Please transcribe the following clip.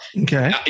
Okay